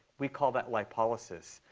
we call that lipolysis.